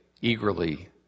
eagerly